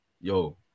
Yo